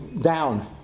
Down